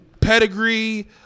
pedigree